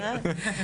היא